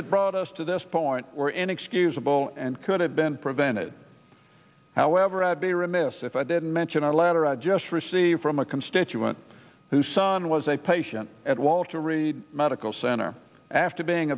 that brought us to this point were inexcusable and could have been prevented however i would be remiss if i didn't mention our letter i just received from a constituent whose son was a patient at walter reed medical center after being